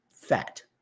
fat